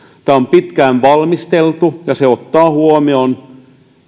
tätä on pitkään valmisteltu ja tämä ottaa huomioon niin